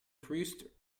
cruised